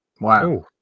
Wow